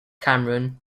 cameron